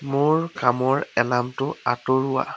মোৰ কামৰ এলাৰ্মটো আঁতৰোৱা